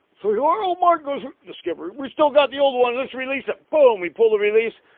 so yeah um mark goes the skipper we still got the old one. let's release it boom. we pull the release.